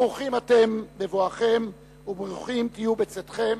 ברוכים אתם בבואכם, וברוכים תהיו בצאתכם.